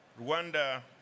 Rwanda